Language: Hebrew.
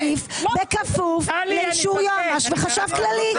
אז תוסיף בכפוף לאישור יועמ"ש וחשב כללי.